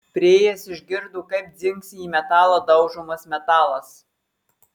priėjęs išgirdo kaip dzingsi į metalą daužomas metalas